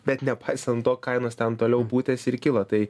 bet nepaisan to kainos ten toliau pūtėsi ir kilo tai